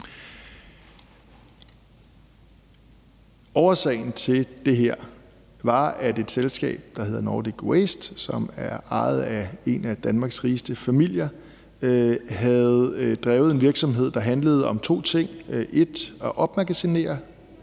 Årsagen til det her var, at et selskab, der hedder Nordic Waste, som er ejet af en af Danmarks rigeste familier, havde drevet en virksomhed, der handlede om to ting: 1) at opmagasinere